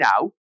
now